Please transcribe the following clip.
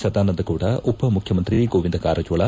ಸದಾನಂದ ಗೌಡ ಉಪಮುಖ್ಯಮಂತ್ರಿ ಗೋವಿಂದ ಕಾರಜೋಳ